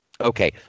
Okay